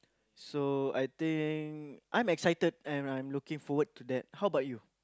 so I think I'm excited and I'm looking forward to that how about you